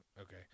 okay